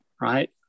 Right